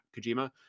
Kojima